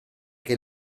che